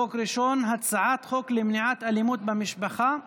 חוק ראשון: הצעת חוק למניעת אלימות במשפחה (תיקון,